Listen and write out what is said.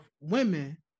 women